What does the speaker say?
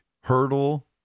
Hurdle